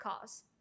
cause